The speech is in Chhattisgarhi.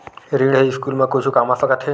ऋण ह स्कूल मा कुछु काम आ सकत हे?